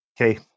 Okay